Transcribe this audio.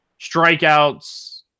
strikeouts